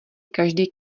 každý